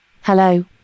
Hello